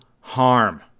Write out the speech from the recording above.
harm